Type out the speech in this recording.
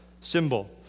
symbol